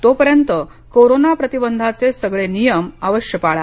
तोपर्यंत कोरोना प्रतिबंधाचे सगळे नियम अवश्य पाळा